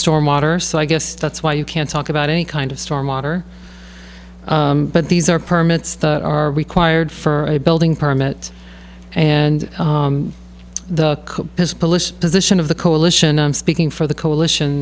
storm water so i guess that's why you can't talk about any kind of storm water but these are permits that are required for a building permit and the his political position of the coalition i'm speaking for the coalition